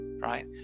right